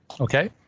Okay